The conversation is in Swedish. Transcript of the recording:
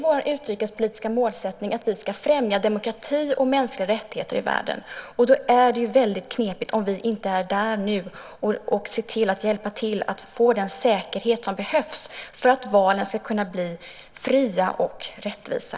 Vår utrikespolitiska målsättning är ju att vi ska främja demokrati och mänskliga rättigheter i världen, och då är det väldigt knepigt om vi inte nu är där och ser till att hjälpa till att få den säkerhet som behövs för att valen ska kunna bli fria och rättvisa.